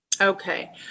okay